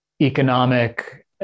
economic